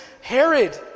Herod